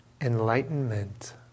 enlightenment